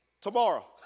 tomorrow